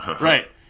Right